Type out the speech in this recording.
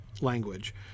language